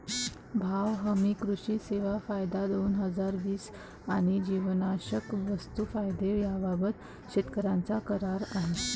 भाव हमी, कृषी सेवा कायदा, दोन हजार वीस आणि जीवनावश्यक वस्तू कायदा याबाबत शेतकऱ्यांचा करार आहे